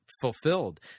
fulfilled